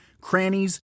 crannies